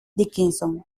dickinson